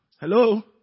Hello